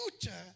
future